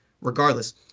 Regardless